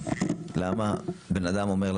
למה בנאדם אומר,